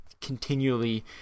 continually